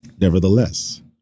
Nevertheless